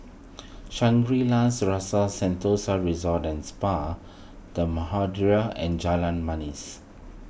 Shangri La's Rasa Sentosa Resort and Spa the and Jalan Manis